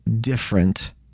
different